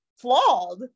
flawed